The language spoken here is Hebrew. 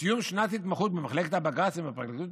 בסיום שנת התמחות במחלקת הבג"צים בפרקליטות,